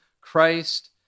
Christ